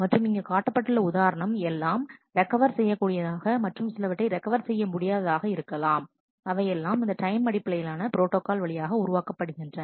மற்றும் இங்கு காட்டப்பட்டுள்ள உதாரணம் எல்லாம் ரெக்கவர் செய்யக்கூடியதாக மற்றும் சிலவற்றை ரெக்கவர் செய்ய முடியாததாக இருக்கலாம் அவை எல்லாம் இந்த டைம் அடிப்படையிலான ப்ரோட்டாகால் வழியாக உருவாக்கப்படுகின்றன